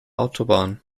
autobahn